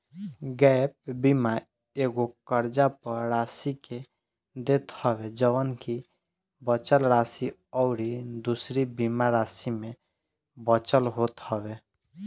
gap बीमा एगो कर्जा पअ राशि के देत हवे जवन की बचल राशि अउरी दूसरी बीमा राशि में बचल होत हवे